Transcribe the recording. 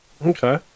Okay